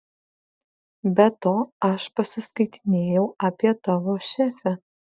be to aš pasiskaitinėjau apie tavo šefę